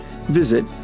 visit